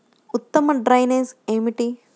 ఉత్తమ డ్రైనేజ్ ఏమిటి?